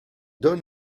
donne